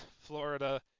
Florida